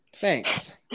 Thanks